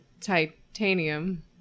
titanium